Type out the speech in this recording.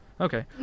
Okay